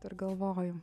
dar galvoju